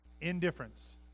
Indifference